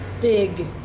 big